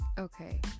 okay